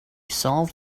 solved